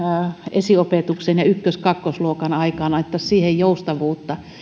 esiopetukseen ja ensimmäinen ja toisen luokan aikaan haettaisiin siihen joustavuutta